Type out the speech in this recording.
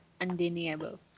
undeniable